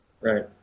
Right